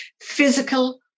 physical